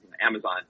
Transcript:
Amazon